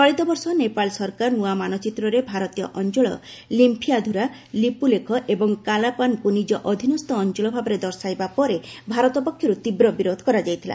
ଚଳିତ ବର୍ଷ ନେପାଳ ସରକାର ନୂଆ ମାନଚିତ୍ରରେ ଭାରତୀୟ ଅଞ୍ଚଳ ଲିମ୍ପିୟାଧ୍ରରା ଲିପ୍ରଲେଖ ଏବଂ କାଲାପାନକ୍ ନିକ ଅଧୀନସ୍କ ଅଞ୍ଚଳ ଭାବେ ଦର୍ଶାଇବା ପରେ ଭାରତ ପକ୍ଷରୁ ତୀବ୍ର ବିରୋଧ କରାଯାଇଥିଲା